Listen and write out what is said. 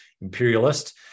Imperialist